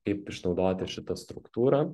kaip išnaudoti šitą struktūrą